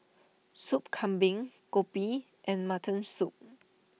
Sup Kambing Kopi and Mutton Soup